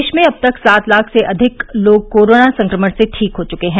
देश में अब तक सात लाख से अधिक लोग कोरोना संक्रमण से ठीक हो चके हैं